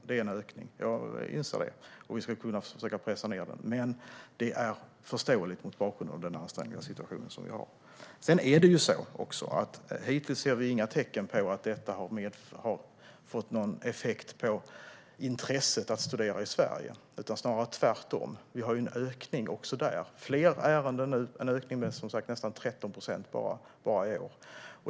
Jag inser att det är en ökning, men vi ska försöka pressa ned detta. Det är dock förståeligt mot bakgrund av den ansträngda situation som vi har. Vi ser emellertid inga tecken på att detta har fått någon effekt på intresset att studera i Sverige, utan snarare tvärtom. Vi har en ökning även här. Vi har fler ärenden, och ökningen är som sagt på nästan 13 procent bara i år.